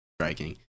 striking